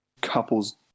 couple's